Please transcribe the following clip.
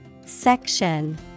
Section